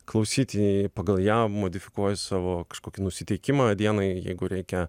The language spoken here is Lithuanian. klausyti pagal ją modifikuoju savo kažkokį nusiteikimą dienai jeigu reikia